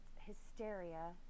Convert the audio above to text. hysteria